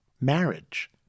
marriage